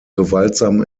gewaltsam